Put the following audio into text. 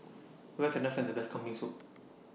Where Can I Find The Best Kambing Soup